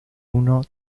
uno